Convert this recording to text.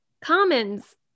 commons